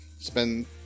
Spend